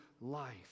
life